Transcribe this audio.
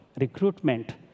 recruitment